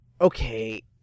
Okay